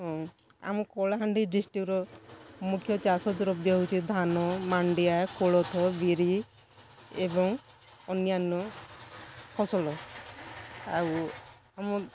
ହଁ ଆମ କଳାହାଣ୍ଡି ଡିଷ୍ଟିକ୍ର ମୁଖ୍ୟ ଚାଷ ଦ୍ରବ୍ୟ ହେଉଛି ଧାନ ମାଣ୍ଡିଆ କୋଳଥ ବିରି ଏବଂ ଅନ୍ୟାନ୍ୟ ଫସଲ ଆଉ ଆମ